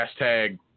Hashtag